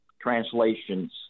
translations